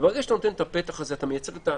ברגע שאתה נותן את הפתח הזה, אתה מייצר את התחושה,